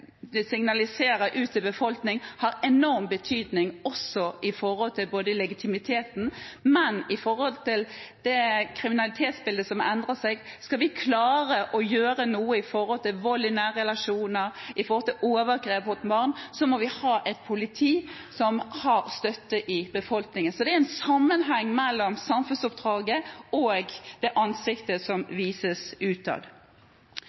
har enorm betydning med hensyn til både legitimiteten og kriminalitetsbildet, som endrer seg. Skal vi klare å gjøre noe med hensyn til vold i nære relasjoner og overgrep mot barn, må vi ha et politi som har støtte i befolkningen. Så det er en sammenheng mellom samfunnsoppdraget og det ansiktet som vises utad. Langt tilbake jobbet jeg med inkludering av